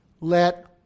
let